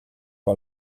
par